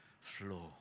Flow